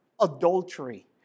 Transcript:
adultery